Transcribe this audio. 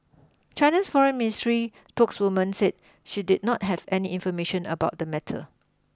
China's foreign ministry spokeswoman said she did not have any information about the matter